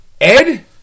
Ed